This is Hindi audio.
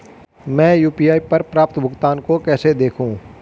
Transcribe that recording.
मैं यू.पी.आई पर प्राप्त भुगतान को कैसे देखूं?